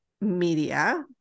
media